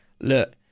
look